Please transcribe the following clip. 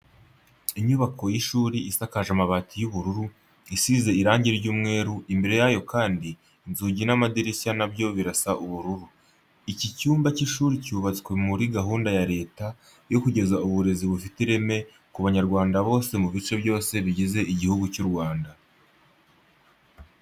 Inyubako y'ishuri isakaje amabati y'ubururu, isize irange ry'umweru, imbere yayo kandi inzugi n'amadirishya na byo birasa ubururu. Iki cyumba cy'ishuri cyubatswe muri gahunda ya Leta yo kugeza uburezi bufite ireme ku banyarwanda bose mu bice byose bigize igihugu cy'u Rwanda.